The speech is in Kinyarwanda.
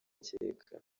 akeka